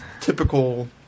typical